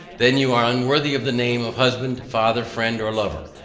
then you are unworthy of the name of husband, father, friend, or lover,